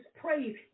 praise